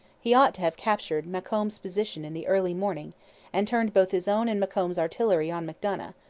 he ought to have captured macomb's position in the early morning and turned both his own and macomb's artillery on macdonough,